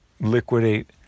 liquidate